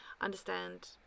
understand